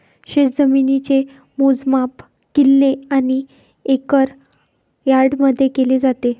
शेतजमिनीचे मोजमाप किल्ले आणि एकर यार्डमध्ये केले जाते